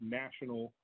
national